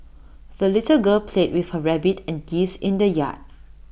the little girl played with her rabbit and geese in the yard